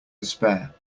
despair